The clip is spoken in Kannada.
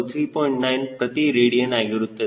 9 ಪ್ರತಿ ರೇಡಿಯನ್ ಆಗಿರುತ್ತದೆ